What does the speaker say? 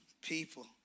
people